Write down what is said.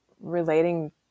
relating